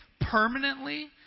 permanently